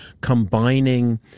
combining